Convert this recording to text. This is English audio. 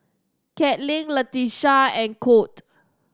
Katlin Latisha and Colt